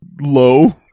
low